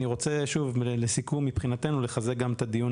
אני רוצה לסיכום מבחינתנו לחזק גם את הדיון